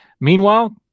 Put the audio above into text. Meanwhile